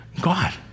God